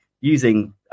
using